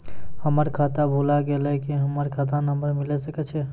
हमर खाता भुला गेलै, की हमर खाता नंबर मिले सकय छै?